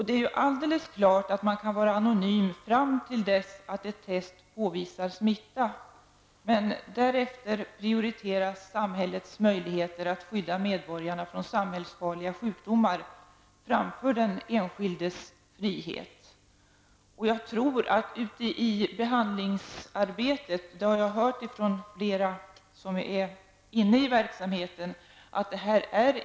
Det är alldeles klart att man kan vara anonym fram till dess att ett test påvisar smitta. Därefter prioriteras samhällets möjligheter att skydda medborgarna från samhällsfarliga sjukdomar framför den enskildes frihet. Ute i behandlingsarbetet anses det här inte vara något problem -- det har jag hört från flera som är inne i verksamheten.